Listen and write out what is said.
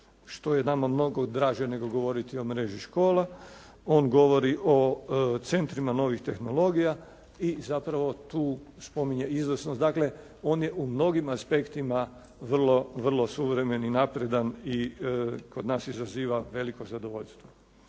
što je nama mnogo draže nego govoriti o mreži škola. On govori o centrima novih tehnologija i zapravo tu spominje izvrsnost. Dakle, on je u mnogim aspektima vrlo suvremen i napredan i kod nas izaziva veliko zadovoljstvo.